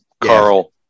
Carl